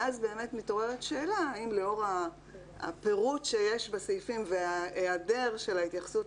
ואז באמת מתעוררת שאלה האם לאור הפירוט שיש בסעיפים וההיעדר של ההתייחסות